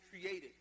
created